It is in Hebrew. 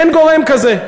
אין גורם כזה.